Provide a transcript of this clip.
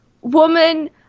woman